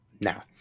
Now